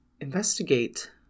investigate